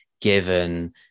given